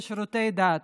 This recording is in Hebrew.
ולשירותי דת?